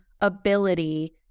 ability